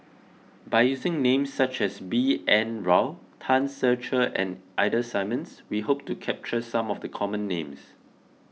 by using names such as B N Rao Tan Ser Cher and Ida Simmons we hope to capture some of the common names